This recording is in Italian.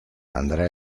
andré